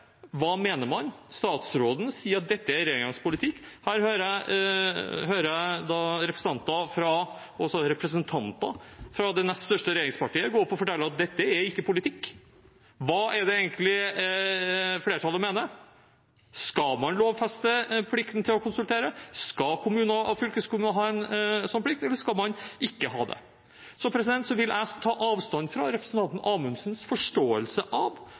politikk. Jeg hører representanter fra det nest største regjeringspartiet fortelle at dette ikke er politikk. Hva mener egentlig flertallet? Skal man lovfeste plikten til å konsultere? Skal kommuner og fylkeskommuner ha en slik plikt, eller skal man ikke ha det? Jeg vil ta avstand fra representanten Amundsens forståelse. Han oppviste en grunnleggende manglende forståelse av